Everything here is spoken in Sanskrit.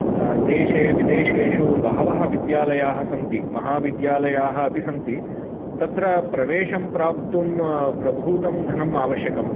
देशे विदेशेषु बहवः विद्यालयाः सन्ति महाविद्यालयाः अपि सन्ति तत्र प्रवेशं प्राप्तुं प्रभूतं धनम् आवश्यकम्